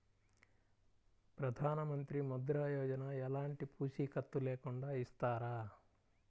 ప్రధానమంత్రి ముద్ర యోజన ఎలాంటి పూసికత్తు లేకుండా ఇస్తారా?